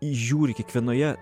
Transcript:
įžiūri kiekvienoje